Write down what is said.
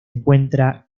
encuentra